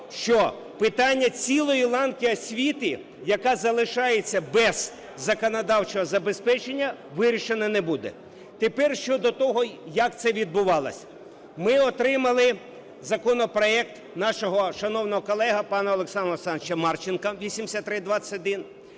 що питання цілої ланки освіти, яка залишається без законодавчого забезпечення, вирішена не буде. Тепер щодо того, як це відбувалось. Ми отримали законопроект нашого шановного колеги пана Олександра Олександровича Марченка, 8321.